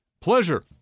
pleasure